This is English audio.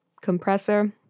compressor